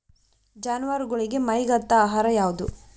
ಜಾನವಾರಗೊಳಿಗಿ ಮೈಗ್ ಹತ್ತ ಆಹಾರ ಯಾವುದು?